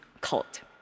cult